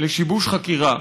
לשיבוש חקירה,